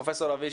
פרופ' לביא,